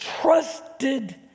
trusted